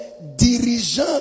dirigeants